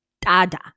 dada